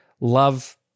Love